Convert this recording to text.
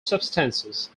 substances